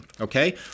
Okay